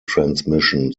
transmission